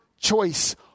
choice